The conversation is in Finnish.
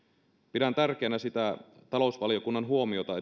pidän tärkeänä sitä talousvaliokunnan huomiota